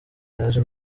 yaje